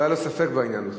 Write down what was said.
לא היה לו ספק בעניין בכלל.